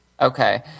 Okay